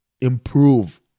Improve